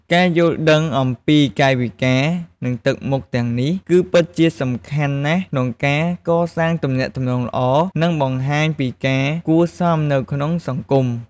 ការយល់ដឹងអំពីកាយវិការ និងទឹកមុខទាំងនេះ គឺពិតជាសំខាន់ណាស់ក្នុងការកសាងទំនាក់ទំនងល្អ និងបង្ហាញពីការគួរសមនៅក្នុងសង្គម។